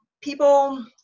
people